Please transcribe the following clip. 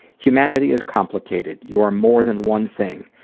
humanity is complicated. you are more than one thing.